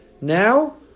now